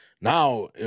Now